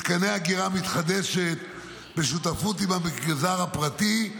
מתקני אגירה מתחדשת בשותפות עם המגזר הפרטי.